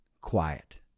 quiet